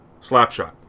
Slapshot